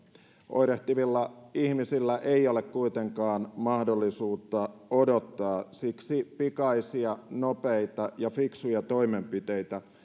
oirehtivilla ihmisillä ei ole kuitenkaan mahdollisuutta odottaa siksi pikaisia nopeita ja fiksuja toimenpiteitä